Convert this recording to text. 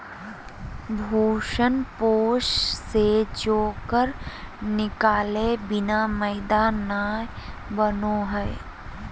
भ्रूणपोष से चोकर निकालय बिना मैदा नय बनो हइ